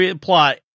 plot